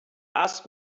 ask